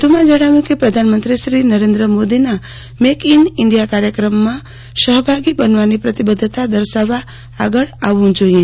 વધુ માં જણાવ્યું કે પ્રધાનમંત્રી શ્રી નરેન્દ્ર મોદીના મેક ઇન ઇન્ડીયા કાર્યક્રમમાં સહભાગી બનવાની પ્રતિબધ્ધતા દર્શાવવા આગળ આવવું જોઇએ